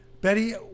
Betty